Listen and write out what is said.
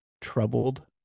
troubled